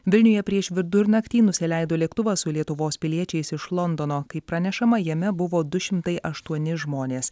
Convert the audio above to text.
vilniuje prieš vidurnaktį nusileido lėktuvas su lietuvos piliečiais iš londono kaip pranešama jame buvo du šimtai aštuoni žmonės